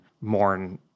mourn